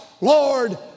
Lord